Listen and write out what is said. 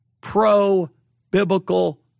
pro-biblical